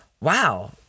Wow